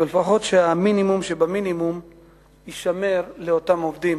לפחות שהמינימום שבמינימום יישמר לאותם עובדים